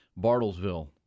Bartlesville